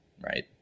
right